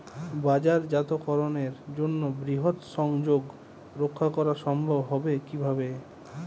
বাজারজাতকরণের জন্য বৃহৎ সংযোগ রক্ষা করা সম্ভব হবে কিভাবে?